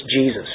Jesus